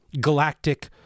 galactic